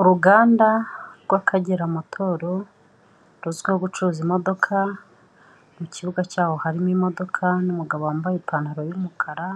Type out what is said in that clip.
Uruganda rw'Akagera motoro ruzwiho gucuruza imodoka, mu kibuga cyaho harimo imodoka n'umugabo wambaye ipantaro y'umukara